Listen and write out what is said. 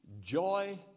joy